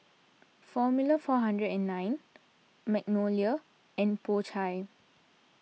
formula four hundred and nine Magnolia and Po Chai